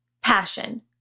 passion